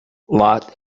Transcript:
lot